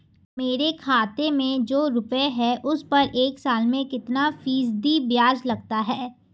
मेरे खाते में जो रुपये हैं उस पर एक साल में कितना फ़ीसदी ब्याज लगता है?